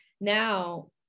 now